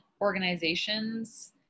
organizations